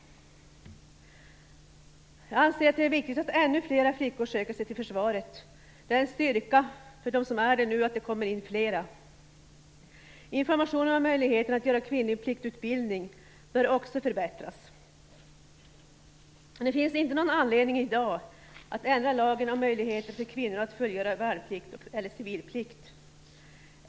Jag anser att det är viktigt att ännu fler flickor söker sig till försvaret. Det är en styrka för dem som är där att det kommer in flera. Informationen om möjligheterna att göra kvinnlig pliktutbildning bör också förbättras. Men det finns i dag inte någon anledning att ändra lagen om möjligheter för kvinnor att fullgöra värnplikt eller civilplikt.